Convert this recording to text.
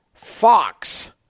Fox